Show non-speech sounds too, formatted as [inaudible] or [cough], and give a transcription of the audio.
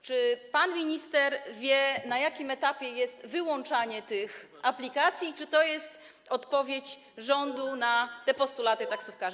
Czy pan minister wie, na jakim etapie jest wyłączanie tych aplikacji, i czy to jest odpowiedź rządu [noise] na te postulaty taksówkarzy?